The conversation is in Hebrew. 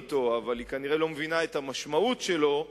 אבל היא כנראה לא מבינה את המשמעות שלה,